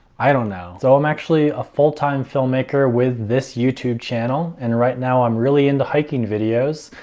i don't know. so, i'm actually a full-time filmmaker with this youtube channel. and right now i'm really into hiking videos,